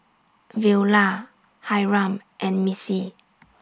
Veola Hyrum and Missie